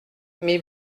mais